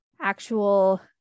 actual